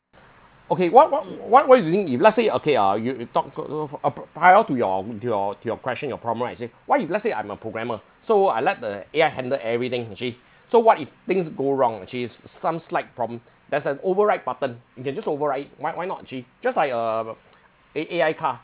okay what what what what is the need if let's say okay uh you you talk so so uh prior to your to your to your question your problem right I say what if let's say I'm a programmer so I let the A_I handle everything actually so what if things go wrong actually s~ some slight problem there's an override button you can just override it why why not actually just like a a A_I car